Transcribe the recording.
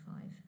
five